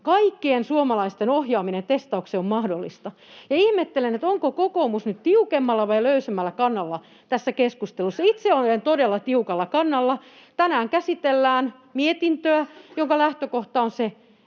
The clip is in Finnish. kaikkien suomalaisten ohjaaminen testaukseen on mahdollista. Ihmettelen, onko kokoomus nyt tiukemmalla vai löysemmällä kannalla tässä keskustelussa. [Timo Heinonen: Järkevällä kannalla!] Itse olen todella tiukalla kannalla. Tänään käsitellään mietintöä, jonka lähtökohta on se,